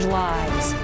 lives